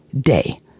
day